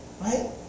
Right